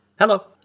Hello